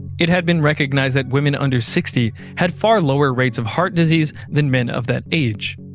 it had been recognised that women under sixty had far lower rates of heart disease than men of that age.